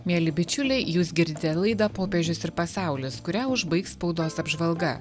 mieli bičiuliai jūs girdi ar laida popiežius ir pasaulis kurią užbaigs spaudos apžvalga